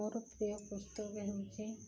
ମୋର ପ୍ରିୟ ପୁସ୍ତକ ହେଉଛି